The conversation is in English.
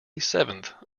seventh